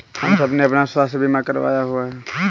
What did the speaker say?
हम सबने अपना स्वास्थ्य बीमा करवाया हुआ है